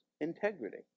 integrity